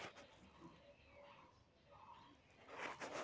बेईमान लोगक उधार दिबार डोर लाग छ